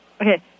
Okay